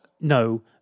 No